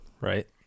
right